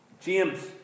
James